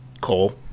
Cole